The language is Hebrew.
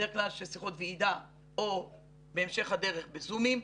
בדרך כלל שיחות ועידה או בהמשך הדרך בזומים.